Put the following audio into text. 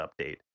update